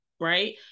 right